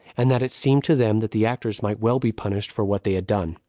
and that it seemed to them that the actors might well be punished for what they had done.